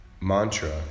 mantra